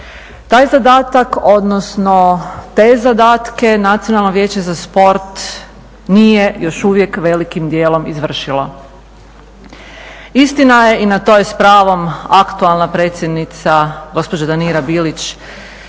Taj zadatak odnosno te zadatke Nacionalno vijeće za sport nije još uvijek velikim dijelom izvršila. Istina je i na to je s pravom aktualna predsjednica gospođa Danira Bilić